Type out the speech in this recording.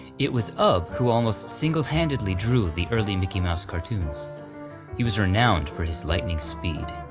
it was ub who almost single handedly drew the early mickey mouse cartoons he was renowned for his lightning speed.